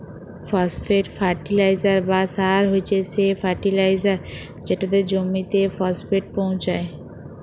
phosphate fertilizer বা সার হছে সে ফার্টিলাইজার যেটতে জমিতে ফসফেট পোঁছায়